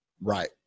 Right